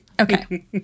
Okay